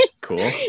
Cool